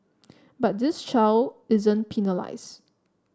but this child isn't penalised